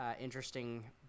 interesting